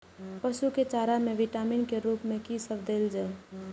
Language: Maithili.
पशु के चारा में विटामिन के रूप में कि सब देल जा?